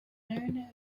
known